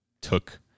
took